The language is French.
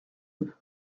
deux